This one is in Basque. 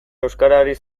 euskarari